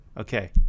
Okay